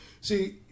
See